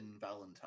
Valentine